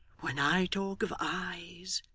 when i talk of eyes,